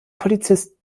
polizist